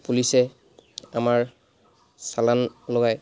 পুলিচে আমাৰ চালান লগায়